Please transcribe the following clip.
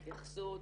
התייחסות,